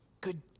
good